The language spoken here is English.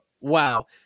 Wow